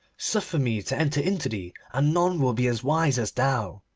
suffer me to enter into thee, and none will be as wise as thou